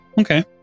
Okay